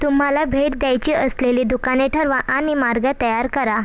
तुम्हाला भेट द्यायची असलेली दुकाने ठरवा आणि मार्ग तयार करा